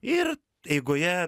ir eigoje